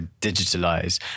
digitalize